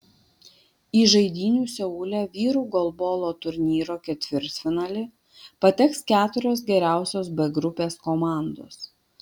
į žaidynių seule vyrų golbolo turnyro ketvirtfinalį pateks keturios geriausios b grupės komandos